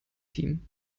team